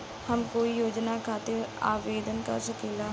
हम कोई योजना खातिर आवेदन कर सकीला?